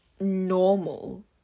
Normal